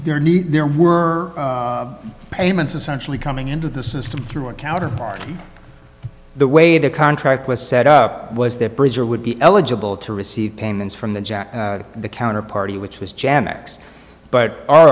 need there were payments essentially coming into the system through our counterparts the way the contract was set up was that bridger would be eligible to receive payments from the jack the counter party which was jam x but our